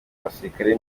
abasirikare